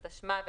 התשס"ח-2008.